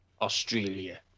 Australia